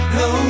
no